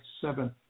seven